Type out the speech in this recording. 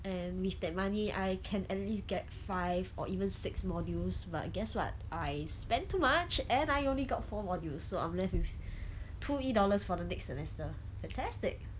and with that money I can at least get five or even six modules but guess what I spend too much and I only got four modules so I'm left with two E dollars for the next semester fantastic